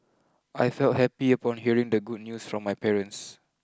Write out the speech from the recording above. I felt happy upon hearing the good news from my parents